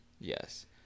Yes